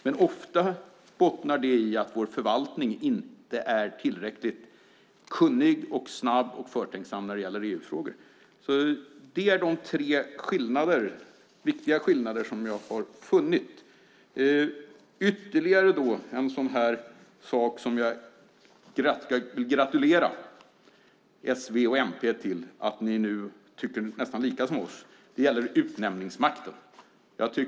Men ofta bottnar det i att vår förvaltning inte är tillräckligt kunnig, snabb och förtänksam när det gäller EU-frågor. Det är tre viktiga skillnader som jag har funnit. Ytterligare något som jag gratulerar s, v och mp till när det gäller att tycka nästan som vi gäller utnämningsmakten.